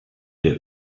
der